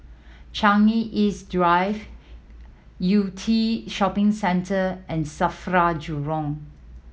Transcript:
Changi East Drive Yew Tee Shopping Centre and SAFRA Jurong